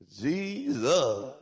Jesus